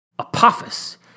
Apophis